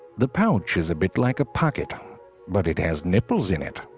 the pouch is a bit like a pocket but it has nipples in it.